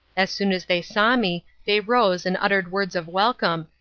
as soon as they saw me they rose and uttered words of welcome,